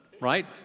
Right